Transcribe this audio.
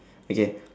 okay